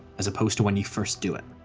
as opposed to when you first do it.